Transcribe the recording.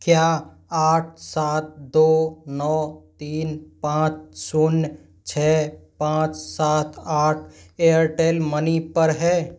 क्या आठ सात दौ नौ तीन पाँच शून्य छः पाँच सात आठ एयरटेल मनी पर है